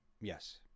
yes